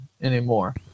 anymore